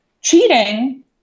cheating